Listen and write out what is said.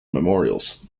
memorials